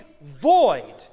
void